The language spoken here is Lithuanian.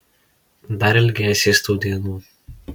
dar ilgėsies tų dienų